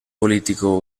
político